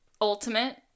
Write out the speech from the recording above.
Ultimate